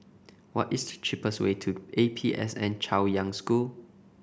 what is the cheapest way to A P S N Chaoyang School